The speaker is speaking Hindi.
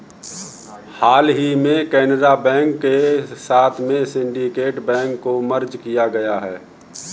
हाल ही में केनरा बैंक के साथ में सिन्डीकेट बैंक को मर्ज किया गया है